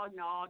no